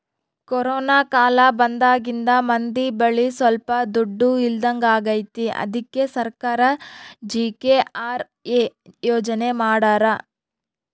corona ಕಾಲ ಬಂದಾಗಿಂದ ಮಂದಿ ಬಳಿ ಸೊಲ್ಪ ದುಡ್ಡು ಇಲ್ದಂಗಾಗೈತಿ ಅದ್ಕೆ ಸರ್ಕಾರ ಜಿ.ಕೆ.ಆರ್.ಎ ಯೋಜನೆ ಮಾಡಾರ